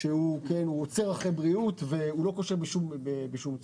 שהנוסח הנוכחי עוצר אחרי בריאות והוא לא קושר בשום צורה.